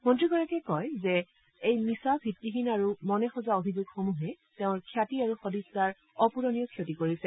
মন্নীগৰাকীয়ে কয় যে এই মিছা ভিত্তিহীন আৰু উগ্ৰ অভিযোগসমূহে তেওঁৰ খ্যাতি আৰু সদিছাৰ অপুৰণীয় ক্ষতি কৰিছে